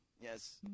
Yes